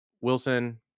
Wilson